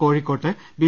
കോഴിക്കോട്ട് ബി